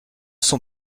son